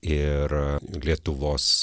ir a lietuvos